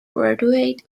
graduate